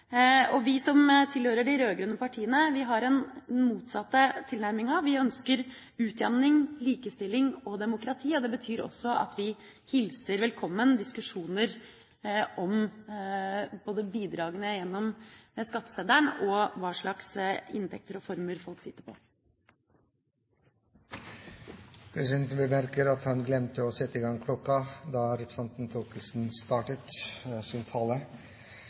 Vi som tilhører de rød-grønne partiene, har den motsatte tilnærminga. Vi ønsker utjamning, likestilling og demokrati. Det betyr også at vi hilser velkommen diskusjoner om både bidragene gjennom skatteseddelen og hva slags inntekter og formuer folk sitter på.